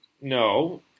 No